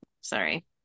sorry